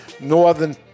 northern